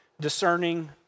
discerning